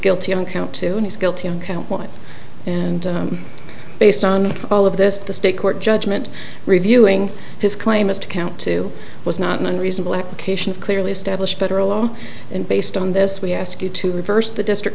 guilty on count two and he's guilty on count one and based on all of this the state court judgment reviewing his claim as to count two was not an unreasonable expectation clearly established federal law and based on this we ask you to reverse the district